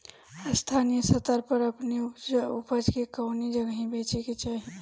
स्थानीय स्तर पर अपने ऊपज के कवने जगही बेचे के चाही?